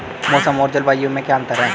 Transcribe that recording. मौसम और जलवायु में क्या अंतर?